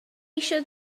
eisiau